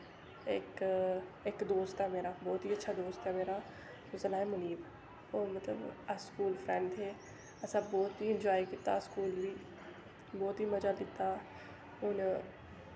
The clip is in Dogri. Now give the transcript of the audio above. इक इक दोस्त ऐ मेरा बौह्त ही अच्छा दोस्त ऐ मोमिब ओह् मतलव अस स्कूल फ्रैंड थे असें बौह्त ही एन्जाय कीता स्कूल बी बौह्त ही मजा कीता हून